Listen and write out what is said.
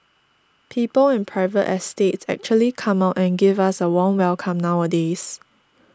people in private estates actually come out and give us a warm welcome nowadays